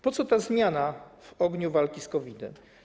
Po co ta zmiana w ogniu walki z COVID-em?